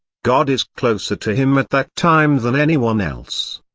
god is closer to him at that time than anyone else.